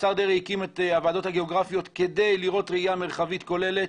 השר דרעי הקים את הוועדות הגאוגרפיות כדי שתהיה ראייה מרחבית כוללת.